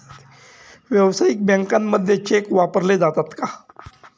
व्यावसायिक बँकांमध्ये चेक वापरले जातात का?